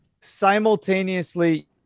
simultaneously